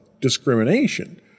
discrimination